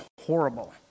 horrible